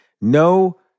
No